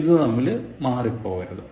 ഇത് തമ്മിൽ മാറിപ്പോകരുത്